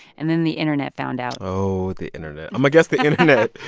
and then the internet found out oh, the internet. i'ma guess the internet.